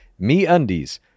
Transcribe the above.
MeUndies